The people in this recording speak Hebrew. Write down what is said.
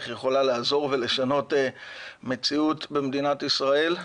איך היא יכולה לעזור ולשנות מציאות במדינת ישראל.